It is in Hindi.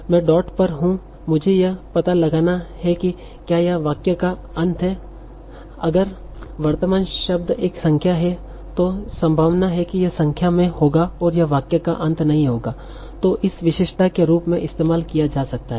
मैं डॉट पर हूं मुझे यह पता लगाना है कि क्या यह वाक्य का अंत है अगर वर्तमान शब्द एक संख्या है तो ज्यादा संभावना है कि यह संख्या में होगा और यह वाक्य का अंत नहीं होगा तो इसे विशेषता के रूप में इस्तेमाल किया जा सकता है